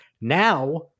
Now